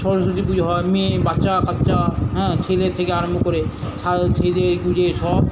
সরস্বতী পুজো হয় মেয়ে বাচ্চা কাচ্চা হ্যাঁ ছেলে থেকে আরম্ভ করে সা সেজে গুজে সব